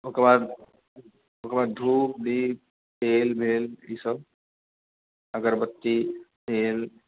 ओकरबाद ओकरबाद धुप दीप तेल भेल ई सब अगरबत्ती तेल